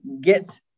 get